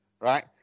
right